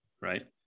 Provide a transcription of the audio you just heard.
right